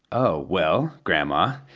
oh. well, grandma,